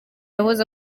yahoze